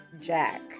Jack